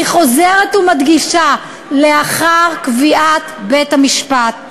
אני חוזרת ומדגישה: לאחר קביעת בית-המשפט.